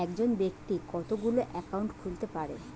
একজন ব্যাক্তি কতগুলো অ্যাকাউন্ট খুলতে পারে?